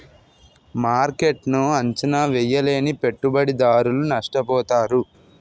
మార్కెట్ను అంచనా వేయలేని పెట్టుబడిదారులు నష్టపోతారు